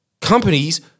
companies